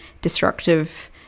destructive